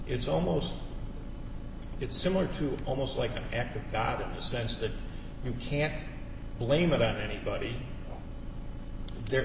it's almost it's similar to almost like an act of god in the sense that you can't blame it on anybody there